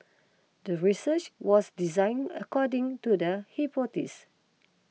the research was design according to the hypothesis